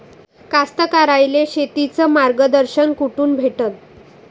कास्तकाराइले शेतीचं मार्गदर्शन कुठून भेटन?